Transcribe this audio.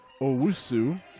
Owusu